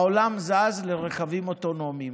העולם זז לרכבים אוטונומיים.